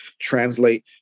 Translate